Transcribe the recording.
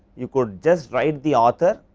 you could just write the author,